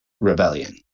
rebellion